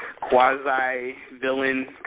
quasi-villain